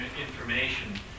information